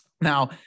Now